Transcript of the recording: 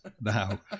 now